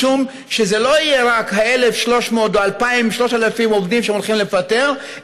משום שזה לא יהיה רק ה-1,300 או ה-2,000 3,000 עובדים שהם הולכים לפטר,